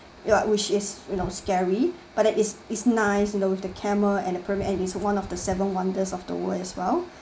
ya which is you know scary but then it it's it's nice you know with the camera and a pyramid and is one of the seven wonders of the world as well